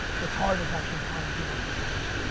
what's hard is actually replying to people on social media.